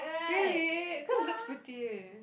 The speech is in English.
really cause it looks pretty